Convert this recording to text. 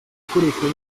akoreshwa